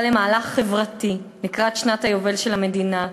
למהלך חברתי לקראת שנת היובל של המדינה,